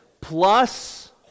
plus